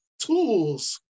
tools